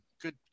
good